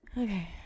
Okay